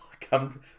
come